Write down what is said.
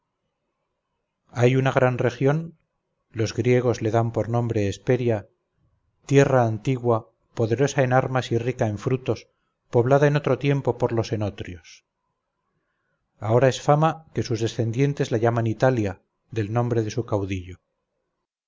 hay una gran región los griegos le dan por nombre hesperia tierra antigua poderosa en armas y rica en frutos poblada en otro tiempo por los enotrios ahora es fama que sus descendientes la llaman italia del nombre de su caudillo